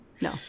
No